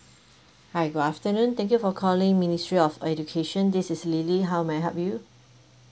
hi good afternoon thank you for calling ministry of education this is lily how may I help you